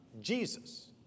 Jesus